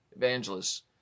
Evangelists